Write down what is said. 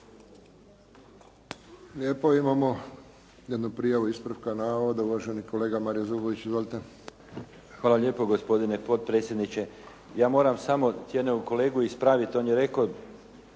Lijepo. Imamo jednu prijavu ispravka navoda. Uvaženi kolega Mario Zubović. Izvolite. **Zubović, Mario (HDZ)** Hvala lijepo gospodine potpredsjedniče. Ja moram samo cijenjenog kolegu ispraviti. On je rekao